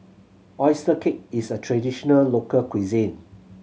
oyster cake is a traditional local cuisine